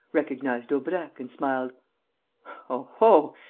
recognized daubrecq, and smiled oho,